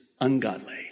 ungodly